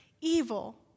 evil